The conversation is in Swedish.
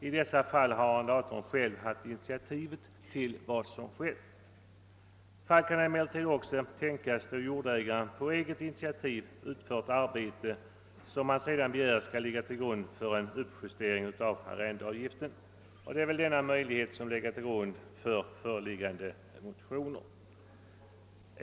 I dessa fall har arrendatorn själv haft initiativet till vad som har skett. Fall kan emellertid också tänkas då jordägaren på eget initiativ utför arbete som han sedan begär skall ligga till grund för en uppjustering av arrendeavgiften. Det är väl denna möjlighet som legat till grund för föreliggande motioner.